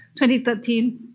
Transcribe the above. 2013